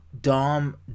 Dom